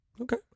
okay